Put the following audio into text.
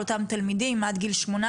על אותם תלמידים עד גיל 18,